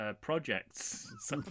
projects